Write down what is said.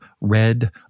red